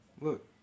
Look